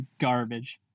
garbage